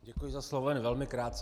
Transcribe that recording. Děkuji za slovo, jen velmi krátce.